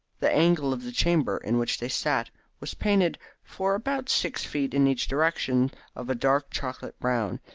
the angle of the chamber in which they sat was painted for about six feet in each direction of a dark chocolate-brown,